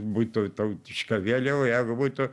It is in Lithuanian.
būtų tautiška vėliava jeigu būtų